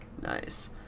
Nice